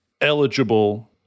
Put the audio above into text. eligible